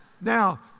Now